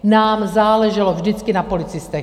Nám záleželo vždycky na policistech.